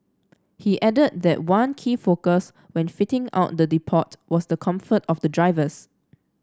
he added that one key focus when fitting out the depot was the comfort of the drivers